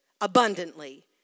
Abundantly